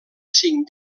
cinc